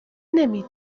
نمی